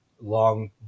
Long